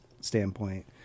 standpoint